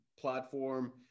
platform